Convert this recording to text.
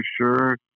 sure